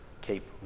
keep